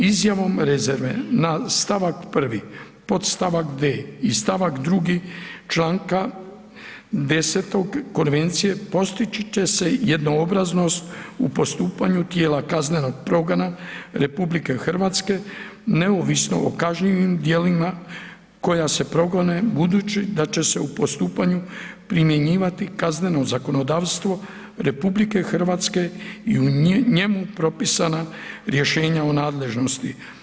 Izjavom rezerve na stavak 1. podst. d i st. 2. čl. 10. konvencije postići će se jednoobraznost u postupanju tijela kaznenog progona RH neovisno o kažnjivim djelima koja se progone budući da će se u postupanju primjenjivati kazneno zakonodavstvo RH i u njemu propisana rješenja o nadležnosti.